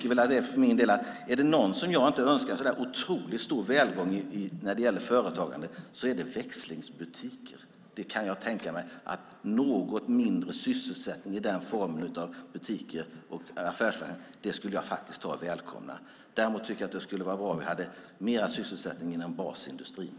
Är det några som jag inte önskar så otroligt stor välgång när det gäller företagande är det växlingsbutiker. Något lägre sysselsättning i den formen av butiker och affärsverksamhet skulle jag välkomna. Däremot tycker jag att det skulle vara bra om vi hade högre sysselsättning inom basindustrin.